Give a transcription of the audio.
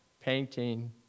painting